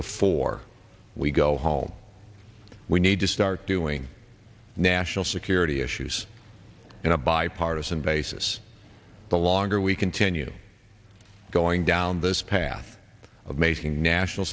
before we go home we need to start doing national security issues in a bipartisan basis the longer we continue going down this path of making national